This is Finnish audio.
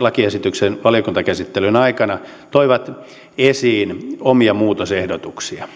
lakiesityksen valiokuntakäsittelyn aikana toivat esiin omia muutosehdotuksia